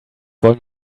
wollen